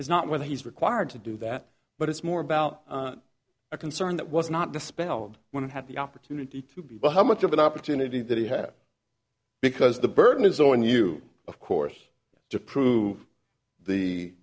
is not whether he's required to do that but it's more about a concern that was not dispelled when i had the opportunity to be but how much of an opportunity that he had because the burden is on you of course to prove the